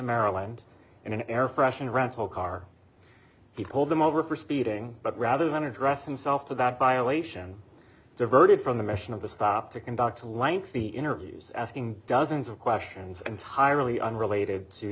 maryland in an air freshener rental car he pulled them over for speeding but rather than address themselves to that violation diverted from the mission of the stop to conduct a lengthy interviews asking dozens of questions and tie really unrelated to